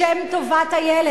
בשם טובת הילד,